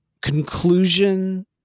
conclusion